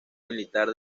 militar